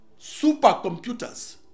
supercomputers